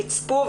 תצפו,